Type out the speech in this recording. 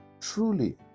Truly